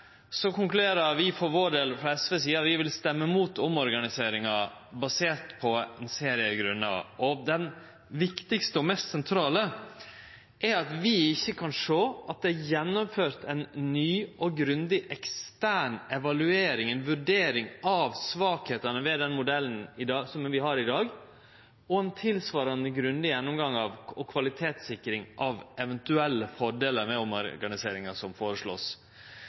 vi for vår del frå SVs side med at vi vil stemme imot omorganiseringa, basert på ein serie grunnar. Den viktigaste og mest sentrale grunnen er at vi ikkje kan sjå at det er gjennomført ei ny og grundig ekstern evaluering, ei vurdering av svakheitene ved den modellen vi har i dag, og ein tilsvarande grundig gjennomgang og kvalitetssikring av eventuelle fordelar ved omorganiseringa som